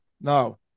Now